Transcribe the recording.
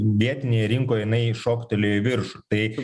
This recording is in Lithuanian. vietinėje rinkoje jinai šoktelėjo į viršų tai